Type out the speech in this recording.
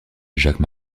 jacques